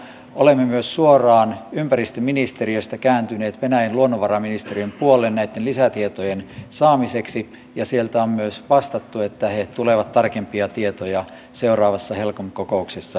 olemme myös suoraan ympäristöministeriöstä kääntyneet venäjän luonnonvaraministe riön puoleen näitten lisätietojen saamiseksi ja sieltä on myös vastattu että he tulevat tarkempia tietoja seuraavassa helcom kokouksessa esittämään